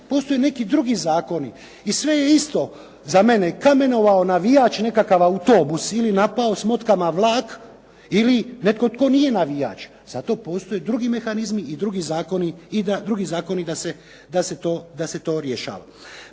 postoje neki drugi zakoni i sve je isto za mene, kamenovao navijač nekakav autobus ili napao s motkama vlak, ili netko tko nije navijač. Zato postoje drugi mehanizmi i drugi zakoni da se to rješava.